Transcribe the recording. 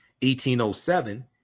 1807